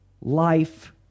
life